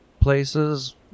places